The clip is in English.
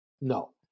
No